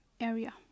area